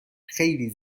خیلی